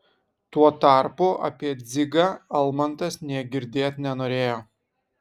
tuo tarpu apie dzigą almantas nė girdėt nenorėjo